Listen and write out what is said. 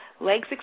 legs